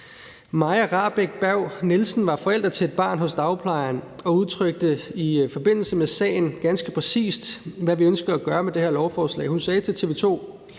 Maja Rahbek Berg Nielsen var forælder til et barn hos dagplejeren og udtrykte i forbindelse med sagen ganske præcist, hvad vi med det her lovforslag ønsker at